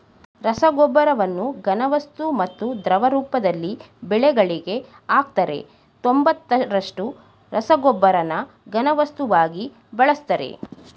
ರಸಗೊಬ್ಬರವನ್ನು ಘನವಸ್ತು ಮತ್ತು ದ್ರವ ರೂಪದಲ್ಲಿ ಬೆಳೆಗಳಿಗೆ ಹಾಕ್ತರೆ ತೊಂಬತ್ತರಷ್ಟು ರಸಗೊಬ್ಬರನ ಘನವಸ್ತುವಾಗಿ ಬಳಸ್ತರೆ